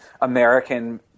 american